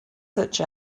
such